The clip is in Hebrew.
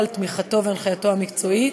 על תמיכתו והנחייתו המקצועית.